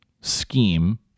scheme